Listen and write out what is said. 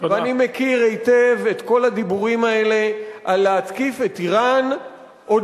אני מכיר היטב את כל הדיבורים האלה על להתקיף את אירן עוד